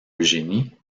eugénie